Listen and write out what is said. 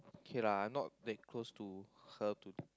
K lah I not that close to her to